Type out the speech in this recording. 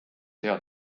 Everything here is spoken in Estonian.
head